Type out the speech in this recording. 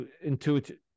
intuitive